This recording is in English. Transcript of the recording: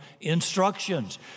instructions